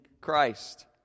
Christ